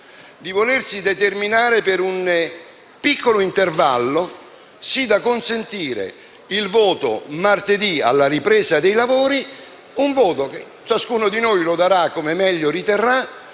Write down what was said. di volersi determinare per un piccolo intervallo, così da consentire che il voto abbia luogo martedì alla ripresa dei lavori, un voto che ciascun darà come meglio riterrà,